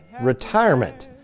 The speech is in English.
retirement